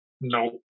No